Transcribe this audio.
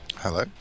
Hello